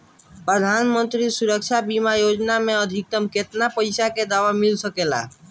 प्रधानमंत्री सुरक्षा बीमा योजना मे अधिक्तम केतना पइसा के दवा मिल सके ला?